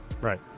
Right